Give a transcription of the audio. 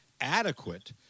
adequate